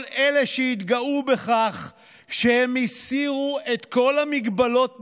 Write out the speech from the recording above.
כל אלה שהתגאו בכך שהם הסירו את כל ההגבלות מהאירוע,